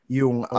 yung